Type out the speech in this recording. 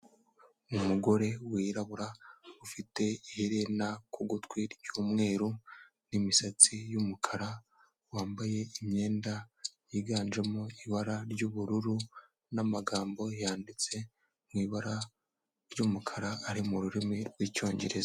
Umugore wirabura ufite iherena ku gutwi ry'umweru n'imisatsi y'umukara, wambaye imyenda yiganjemo ibara ry'ubururu namagambo yanditse mu ibara ry'umukara, ari mu rurimi rw'icyongereza.